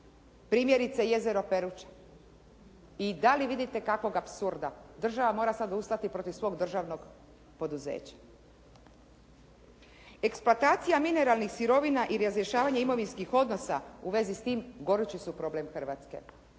Primjerice jezero Peruča, i da li vidite kakvog apsurda. Država mora sada ustati protiv svog državnog poduzeća. Eksploatacija mineralnih sirovina i razrješavanje imovinskih odnosa u vezi s tim gorući su problem Hrvatske,